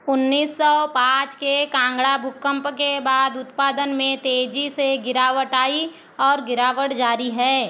उन्नीस सौ पाँच के कांगड़ा भूकंप के बाद उत्पादन में तेजी से गिरावट आई और गिरावट जारी है